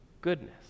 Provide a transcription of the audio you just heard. goodness